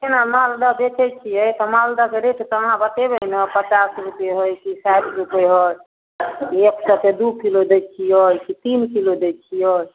कोना मालदह बेचै छिए तऽ मालदहके रेट तऽ अहाँ बतेबै ने पचास रुपैए हइ कि साठि रुपैए हइ एक टके दुइ किलो दै छिए कि तीन किलो दै छिए